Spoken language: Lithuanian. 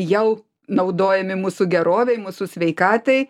jau naudojami mūsų gerovei mūsų sveikatai